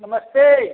नमस्ते